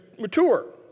mature